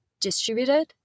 distributed